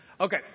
Okay